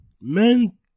men